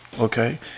Okay